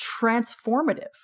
transformative